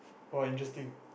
oh interesting